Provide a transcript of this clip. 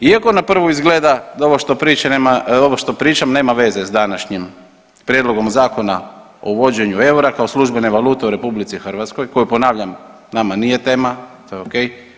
Iako na prvu izgleda da ovo što pričam nema veze s današnjim prijedlogom Zakona o uvođenju eura kao službene valute u RH, koju ponavljam, nama nije tema, to je okej.